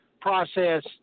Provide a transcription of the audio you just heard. process